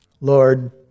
Lord